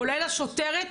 כולל השוטרת,